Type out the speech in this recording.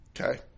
Okay